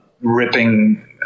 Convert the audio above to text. ripping